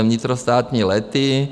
Vnitrostátní lety.